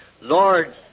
Lord